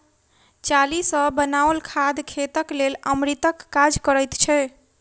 चाली सॅ बनाओल खाद खेतक लेल अमृतक काज करैत छै